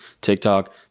TikTok